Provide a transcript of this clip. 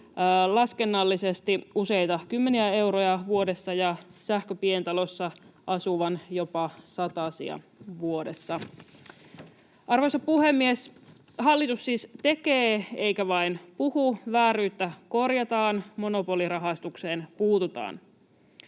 laskennallisesti useita kymmeniä euroja vuodessa ja sähköpientalossa asuvan osalta jopa satasia vuodessa. Arvoisa puhemies! Hallitus siis tekee eikä vain puhu, vääryyttä korjataan, monopolirahastukseen puututaan.